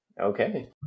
Okay